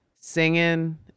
singing